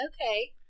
Okay